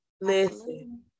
Listen